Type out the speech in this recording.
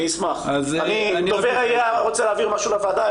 אם דובר העירייה רוצה להעביר משהו לוועדה,